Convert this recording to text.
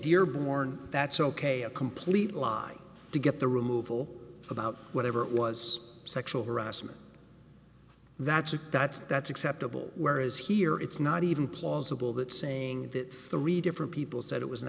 dearborn that's ok a complete lie to get the removal of out whatever it was sexual harassment that's that's that's acceptable whereas here it's not even plausible that saying that three different people said it was an